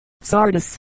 sardis